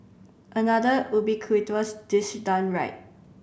another ubiquitous dish done right